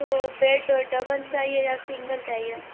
तो bed double चाहिए या सिंगल चाहिए